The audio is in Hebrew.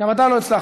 גם אתה לא הצלחת.